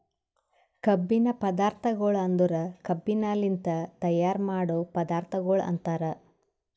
ಕಬ್ಬಿನ ಪದಾರ್ಥಗೊಳ್ ಅಂದುರ್ ಕಬ್ಬಿನಲಿಂತ್ ತೈಯಾರ್ ಮಾಡೋ ಪದಾರ್ಥಗೊಳ್ ಅಂತರ್